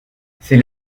c’est